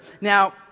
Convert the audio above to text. Now